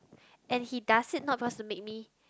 and he does it not cause to make me